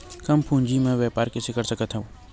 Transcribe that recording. कम पूंजी म व्यापार कइसे कर सकत हव?